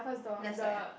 left side ah